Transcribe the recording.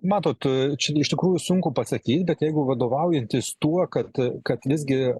matot čia iš tikrųjų sunku pasakyt bet jeigu vadovaujantis tuo kad kad vis gi